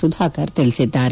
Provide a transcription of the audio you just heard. ಸುಧಾಕರ್ ತಿಳಿಸಿದ್ದಾರೆ